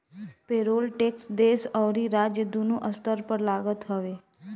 payroll tax देस अउरी राज्य दूनो स्तर पर लागत हवे